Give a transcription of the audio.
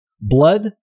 Blood